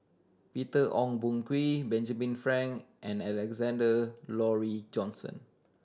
Peter Ong Boon Kwee Benjamin Frank and Alexander Laurie Johnston